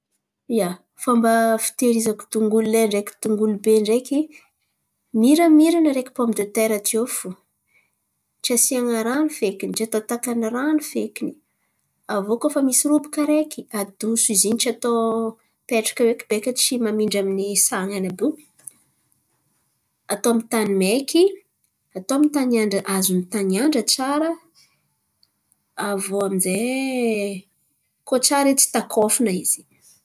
Ia, fomba fitehirizako dong'olo lay ndreky dong'olo be ndreky, miramirana araiky pômy de tera tiô fo. Tsy asian̈a rano fekiny, tsy atao takany rano fekiny. Aviô koa fa misy robaka araiky, adoso izy in̈y tsy atao mipetraka iô eky beka tsy mamindra amin'ny san̈any àby io. Atao amy tany maiky, atao amy taniandra azony taniandra tsara. Aviô aminjay, koa tsara edy tsy takôfana izy.